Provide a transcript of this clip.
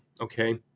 Okay